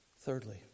Thirdly